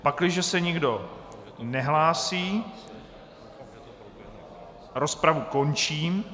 Pakliže se nikdo nehlásí, rozpravu končím.